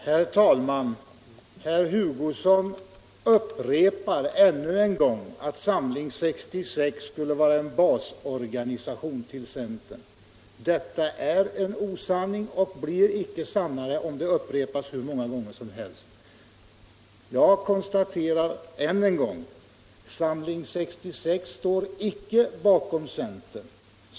Herr talman! Herr Hugosson upprepar ännu en gång att Samling 66 skulle vara en basorganisation för centern. Detta är en osanning och blir icke sannare om det upprepas hur många gånger som helst. Jag konstaterar än en gång: Samling 66 står icke bakom centern.